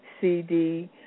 CD